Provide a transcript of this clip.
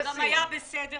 מוחמד היה בסדר